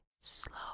slow